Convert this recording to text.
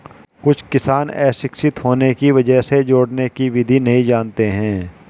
कुछ किसान अशिक्षित होने की वजह से जोड़ने की विधि नहीं जानते हैं